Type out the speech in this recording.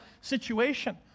situation